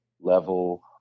level